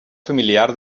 familiar